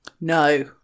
No